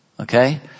Okay